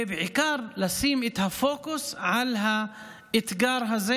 ובעיקר לשים את הפוקוס על האתגר הזה